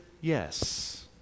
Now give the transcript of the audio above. yes